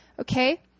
okay